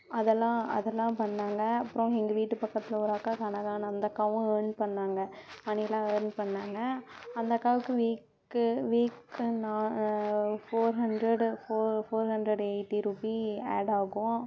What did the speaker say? அதெல்லாம் அதெல்லாம் பண்ணாங்க அப்புறம் எங்கள் வீட்டு பக்கத்தில் ஒரு அக்கா கனகான்னு அந்த அக்காவும் இயர்ன் பண்ணாங்க மணிலாம் இயர்ன் பண்ணாங்க அந்த அக்காவுக்கு வீக்கு வீக் நான் four hundred four four hundred eighty rupee add ஆகும்